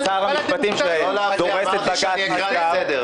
לא להפריע, אני אקרא לסדר.